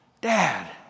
Dad